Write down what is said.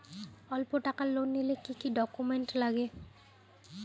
অল্প টাকার লোন নিলে কি কি ডকুমেন্ট লাগে?